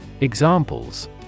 Examples